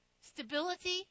stability